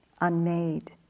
unmade